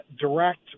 direct